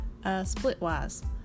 Splitwise